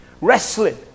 wrestling